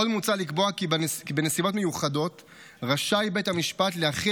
עוד מוצע לקבוע כי בנסיבות מיוחדות רשאי בית המשפט להחיל